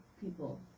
people